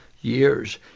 years